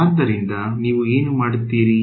ಆದ್ದರಿಂದ ನೀವು ಏನು ಮಾಡುತ್ತೀರಿ